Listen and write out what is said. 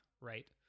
right